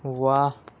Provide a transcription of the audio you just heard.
واہ